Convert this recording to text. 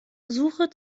suche